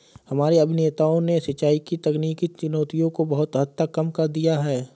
हमारे अभियंताओं ने सिंचाई की तकनीकी चुनौतियों को बहुत हद तक कम कर दिया है